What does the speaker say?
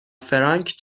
فرانک